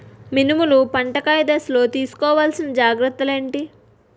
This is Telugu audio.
మినుములు పంట కాయ దశలో తిస్కోవాలసిన జాగ్రత్తలు ఏంటి?